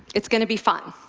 it's going to be fun.